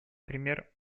пример